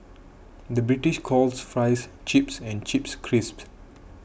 the British calls Fries Chips and Chips Crisps